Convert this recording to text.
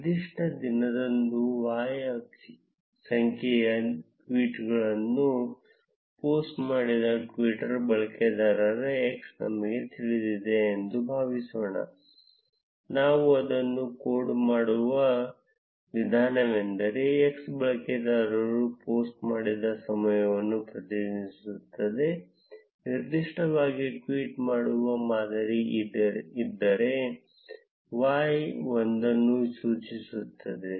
ನಿರ್ದಿಷ್ಟ ದಿನದಂದು y ಸಂಖ್ಯೆಯ ಟ್ವೀಟ್ಗಳನ್ನು ಪೋಸ್ಟ್ ಮಾಡಿದ ಟ್ವಿಟರ್ ಬಳಕೆದಾರ x ನಮಗೆ ತಿಳಿದಿದೆ ಎಂದು ಭಾವಿಸೋಣ ನಾವು ಅದನ್ನು ಕೋಡ್ ಮಾಡುವ ವಿಧಾನವೆಂದರೆ x ಬಳಕೆದಾರರು ಪೋಸ್ಟ್ ಮಾಡಿದ ಸಮಯವನ್ನು ಪ್ರತಿನಿಧಿಸುತ್ತದೆ ನಿರ್ದಿಷ್ಟವಾಗಿ ಟ್ವೀಟ್ ಮಾಡುವ ಮಾದರಿ ಇದ್ದರೆ y ಒಂದನ್ನು ಸೂಚಿಸುತ್ತದೆ